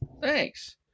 thanks